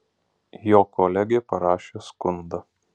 jo kolegė parašė skundą